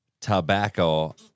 tobacco